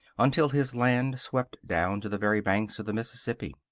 until his land swept down to the very banks of the mississippi.